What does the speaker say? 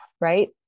right